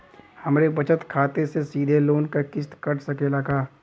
हमरे बचत खाते से सीधे लोन क किस्त कट सकेला का?